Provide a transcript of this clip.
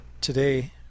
today